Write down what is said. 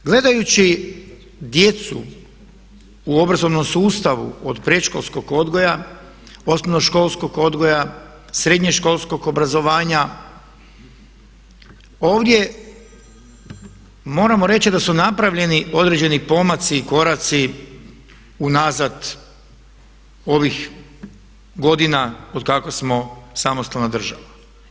Gledajući djecu su obrazovnom sustavu od predškolskog odgoja, osnovnoškolskog odgoja, srednjoškolskog obrazovanja, ovdje moramo reći da su napravljeni određeni pomaci i koraci unazad ovih godina otkako smo samostalna država.